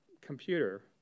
computer